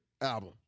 album